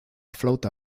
flauta